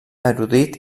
erudit